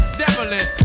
devilish